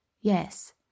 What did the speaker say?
Yes